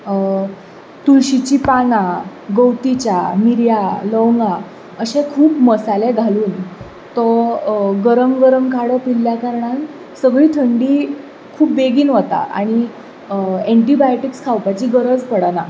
तुळशीचीं पानां गवती च्या मिरयां लवंगा अशें खूब मसाले घालून तो गरम गरम काडो पिल्ल्या कारणान सगळी थंडी खूब बेगीन वता आनी एन्टीबायोटीक्स खावपाची गरज पडना